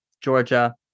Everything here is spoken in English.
Georgia